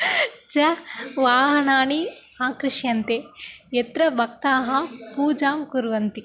च वाहनाणि आकृष्यन्ते यत्र भक्ताः पूजां कुर्वन्ति